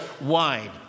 wide